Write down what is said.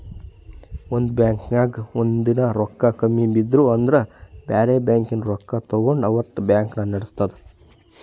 ಒಂದ್ ಬಾಂಕ್ದಾಗ್ ಒಂದಿನಾ ರೊಕ್ಕಾ ಕಮ್ಮಿ ಬಿದ್ದು ಅಂದ್ರ ಬ್ಯಾರೆ ಬ್ಯಾಂಕ್ಲಿನ್ತ್ ರೊಕ್ಕಾ ತಗೊಂಡ್ ಅವತ್ತ್ ಬ್ಯಾಂಕ್ ನಡಸ್ತದ್